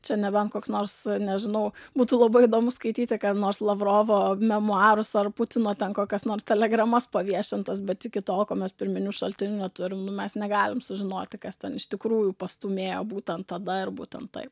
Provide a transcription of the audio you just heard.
čia nebent koks nors nežinau būtų labai įdomu skaityti nors lavrovo memuarus ar putino ten kokias nors telegramas paviešintas bet iki tol kol mes pirminių šaltinių neturim nu mes negalim sužinoti kas ten iš tikrųjų pastūmėjo būtent tada ir būtent taip